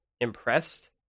impressed